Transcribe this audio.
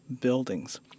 buildings